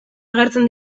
agertzen